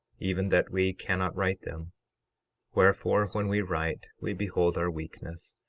even that we cannot write them wherefore, when we write we behold our weakness,